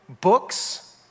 books